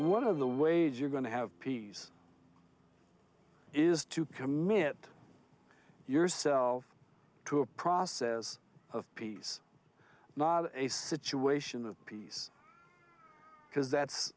one of the wage you're going to have peace is to commit yourself to a process of peace not a situation of peace because that's